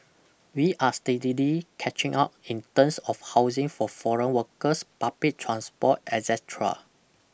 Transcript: we are steadily catching up in terms of housing for foreign workers public transport etcetera